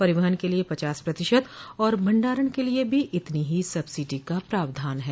परिवहन के लिये पचास प्रतिशत और भंडारण के लिये भी इतनी ही सब्सिडी का प्रावधान है